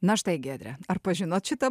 na štai giedre ar pažinot šitą